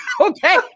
okay